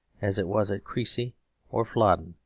as it was at crecy or flodden,